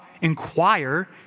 inquire